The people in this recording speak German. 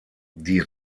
die